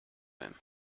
him